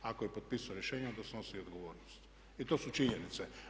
Ako je potpisao rješenje onda snosi odgovornost i to su činjenice.